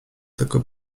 tylko